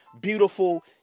beautiful